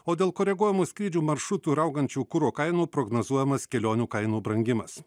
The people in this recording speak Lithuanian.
o dėl koreguojamų skrydžių maršrutų ir augančių kuro kainų prognozuojamas kelionių kainų brangimas